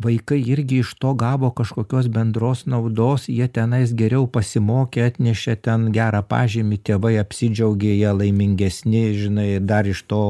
vaikai irgi iš to gavo kažkokios bendros naudos jie tenai geriau pasimokė atnešė ten gerą pažymį tėvai apsidžiaugė jie laimingesni žinai dar iš to